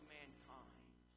mankind